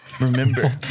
remember